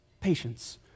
patience